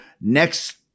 next